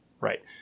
Right